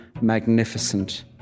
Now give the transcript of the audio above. magnificent